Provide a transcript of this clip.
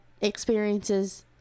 experiences